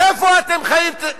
איפה אתם חיים?